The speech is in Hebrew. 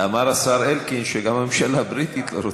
אמר השר אלקין שגם הממשלה הבריטית לא רוצה,